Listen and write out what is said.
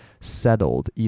settled